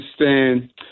understand